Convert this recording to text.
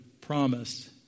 promised